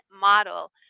model